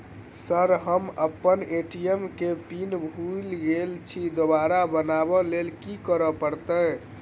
Sir हम अप्पन ATM केँ पिन भूल गेल छी दोबारा बनाब लैल की करऽ परतै?